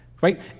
right